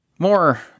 More